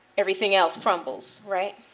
everything else crumbles, right?